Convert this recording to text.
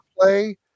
play